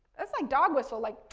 that's like dog whistle, like,